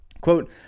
Quote